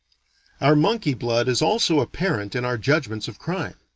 our monkey-blood is also apparent in our judgments of crime.